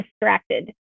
distracted